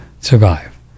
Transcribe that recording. survive